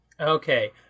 Okay